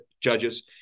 judges